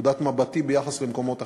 הבעיה מנקודת מבטי ביחס למקומות אחרים.